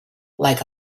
like